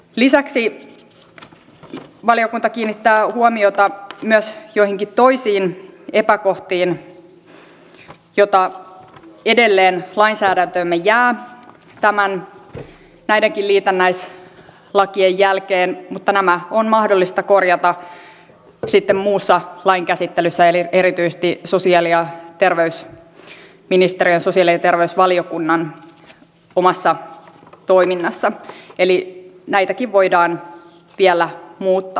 lisäksi valiokunta kiinnittää huomiota myös joihinkin toisiin epäkohtiin joita edelleen lainsäädäntöömme jää näidenkin liitännäislakien jälkeen mutta nämä on mahdollista korjata sitten muussa lain käsittelyssä eli erityisesti sosiaali ja terveysvaliokunnan omassa toiminnassa eli näitäkin voidaan vielä muuttaa